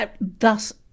thus